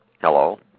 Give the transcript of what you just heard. Hello